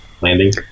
landing